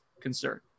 concern